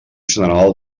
general